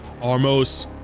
Armos